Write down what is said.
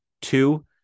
two